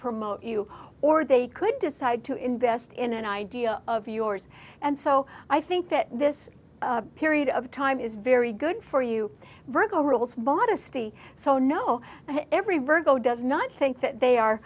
promote you or they could decide to invest in an idea of yours and so i think that this period of time is very good for you virgo rules modesty so no every virgo does not think that they are